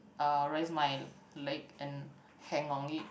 uh raise my leg and hang on it